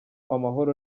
amahoro